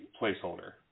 placeholder